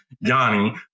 Yanni